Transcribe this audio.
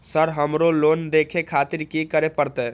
Sir हमरो loan देखें खातिर की करें परतें?